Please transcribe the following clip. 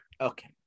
Okay